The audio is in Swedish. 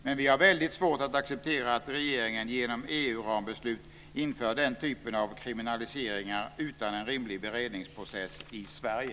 Men vi har väldigt svårt att acceptera att regeringen genom EU-rambeslut inför den typen av kriminaliseringar utan en rimlig beredningsprocess i Sverige.